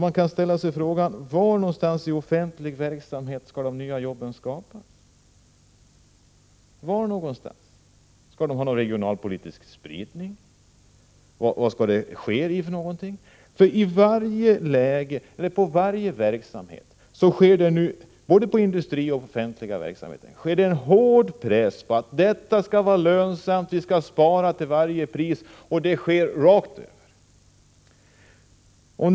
Man kan också fråga sig: Var i offentlig verksamhet skall de nya jobben skapas? Skall de ha regionalpolitisk spridning? På vilket område skall det ske? Inom varje verksamhet är det nu — både i industrin och i den offentliga verksamheten — en hård press på att verksamheten skall vara lönsam. Vi skall spara till varje pris, och det sker rakt över.